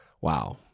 wow